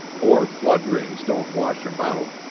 or flood rains don't wash em out,